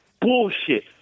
bullshit